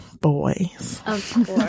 boys